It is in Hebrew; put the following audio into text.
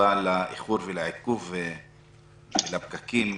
- הסיבה לאיחור, לעיכוב ולפקקים.